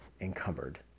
encumbered